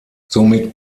somit